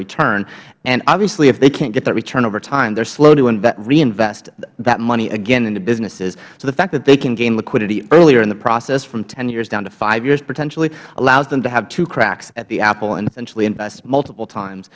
return and obviously if they can't get that return over time they're slow to reinvest that money again into businesses so the fact that they can gain liquidity earlier in the process from ten years down to five years potentially allows them to have two cracks at the apple and potentially invest multiple times